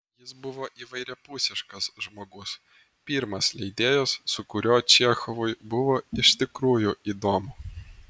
jis buvo įvairiapusiškas žmogus pirmas leidėjas su kuriuo čechovui buvo iš tikrųjų įdomu